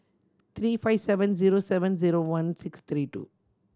three five seven zero seven zero one six three two